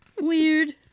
Weird